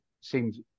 seems